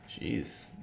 Jeez